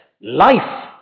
life